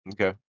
Okay